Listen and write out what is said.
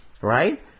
right